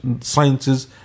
sciences